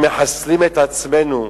אנחנו מחסלים את עצמנו,